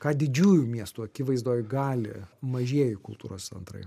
ką didžiųjų miestų akivaizdoj gali mažieji kultūros centrai